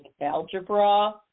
algebra